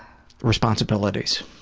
responsibilities